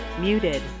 Muted